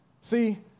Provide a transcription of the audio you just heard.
See